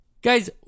Guys